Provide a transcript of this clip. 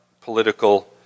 political